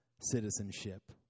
citizenship